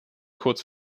kurz